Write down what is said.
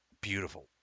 Beautiful